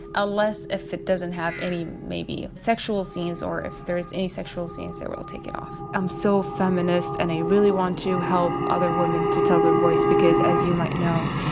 unless if it doesn't have any, maybe, sexual scenes or if there is any sexual scenes, they will take it off. i'm so feminist and i really want to help other women to tell their voice, because as you might know,